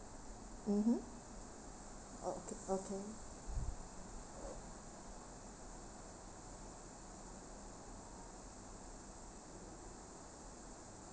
mmhmm oh okay okay